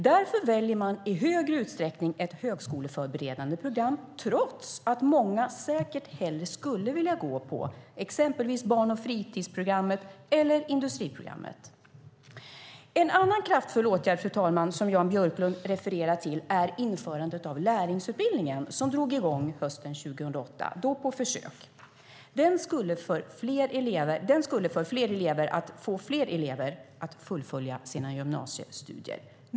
Därför väljer de i större utsträckning ett högskoleförberedande program trots att många säkert hellre skulle vilja gå på exempelvis barn och fritidsprogrammet eller industriprogrammet. En annan kraftfull åtgärd, fru talman, som Jan Björklund refererar till är införandet av lärlingsutbildningen som drog i gång hösten 2008 - då på försök. Den skulle få fler elever att fullfölja sina gymnasiestudier.